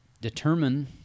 determine